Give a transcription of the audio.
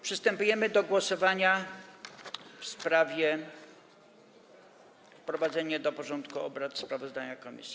Przystępujemy do głosowania w sprawie wprowadzenia do porządku obrad sprawozdania komisji.